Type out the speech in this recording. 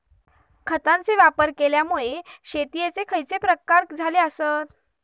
खतांचे वापर केल्यामुळे शेतीयेचे खैचे प्रकार तयार झाले आसत?